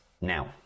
now